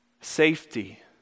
safety